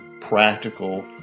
practical